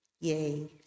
Yay